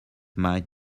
might